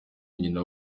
nyina